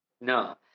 No